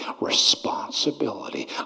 responsibility